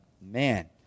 man